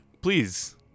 please